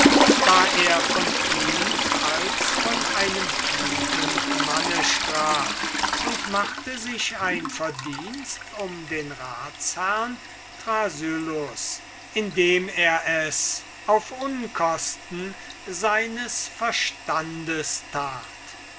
da er von ihm als von einem guten manne sprach und machte sich ein verdienst um den ratsherrn thrasyllus indem er es auf unkosten seines verstandes tat